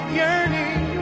yearning